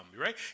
right